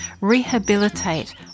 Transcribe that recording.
rehabilitate